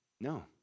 No